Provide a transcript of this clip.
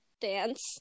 dance